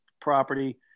property